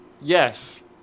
Yes